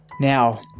Now